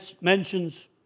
mentions